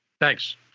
Thanks